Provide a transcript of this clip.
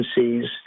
agencies